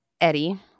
eddie